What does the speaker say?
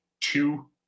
two